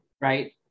right